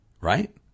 right